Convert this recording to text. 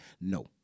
No